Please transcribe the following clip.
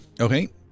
Okay